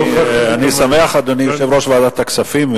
אדוני יושב-ראש ועדת הכספים,